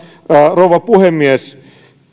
rouva puhemies